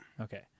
Okay